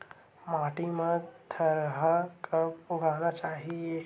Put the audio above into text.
माटी मा थरहा कब उगाना चाहिए?